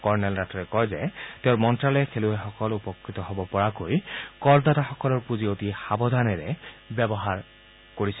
colonel ৰাথোৰে কয় যে তেওঁৰ মন্ত্যালয়ে খেলুৱৈসকল উপকৃত হব পৰাকৈ কৰদাতাসকলৰ পুঁজি অতি সাৱধানেৰেৰ ব্যৱহাৰ কৰা হৈছে